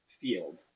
field